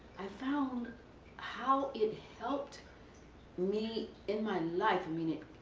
i found how it helped me in my life, i mean it.